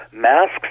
Masks